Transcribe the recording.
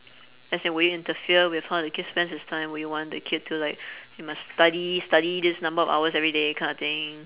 as in would you interfere with how the kid spends his time would you want the kid to like you must study study this number of hours everyday kind of thing